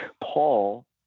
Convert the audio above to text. Paul